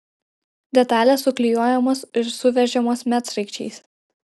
detalės suklijuojamos ir suveržiamos medsraigčiais